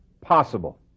possible